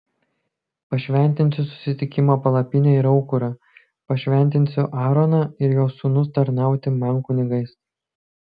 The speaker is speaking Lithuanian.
pašventinsiu susitikimo palapinę ir aukurą pašventinsiu aaroną ir jo sūnus tarnauti man kunigais